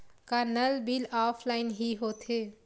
का नल bill offline हि होथे?